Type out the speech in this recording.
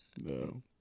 no